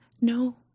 No